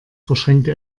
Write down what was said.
verschränkte